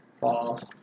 False